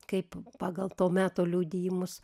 kaip pagal to meto liudijimus